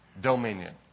dominion